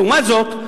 לעומת זאת,